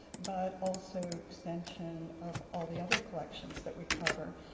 but also extension of all the other collections that we cover.